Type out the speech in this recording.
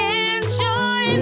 enjoy